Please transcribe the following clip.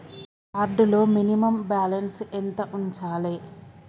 Card లో minimum balance ఎంత ఉంచాలే?